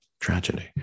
tragedy